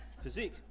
physique